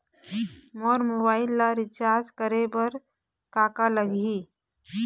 मोर mobile ला recharge करे बर का का लगही?